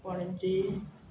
Panaji